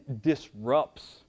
disrupts